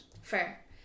Fair